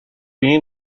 این